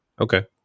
okay